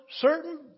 certain